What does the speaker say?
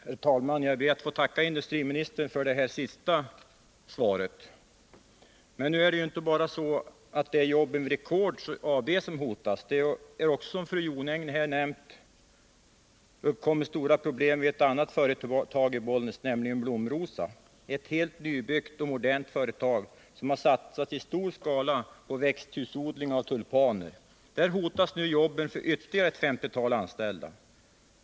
Herr talman! Jag ber att få tacka industriministern för det senaste svaret. Det är inte bara jobben vid Record AB som hotas. Som fru Jonäng nämnde har det uppkommit stora problem även vid ett annat företag i Bollnäs, nämligen vid Blom-Rosa AB. Det är ett helt nybyggt och modernt företag som i stor skala har satsat på växthusodling av tulpaner. Där hotas nu jobben för ytterligare ett femtiotal anställda.